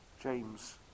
James